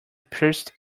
pierced